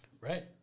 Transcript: Right